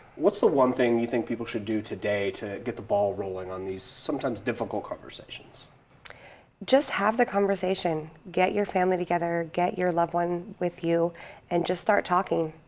what's the one thing you think people should do today to get the ball rolling on these sometimes difficult conversations? patricia just have the conversation. get your family together, get your loved one with you and just start talking.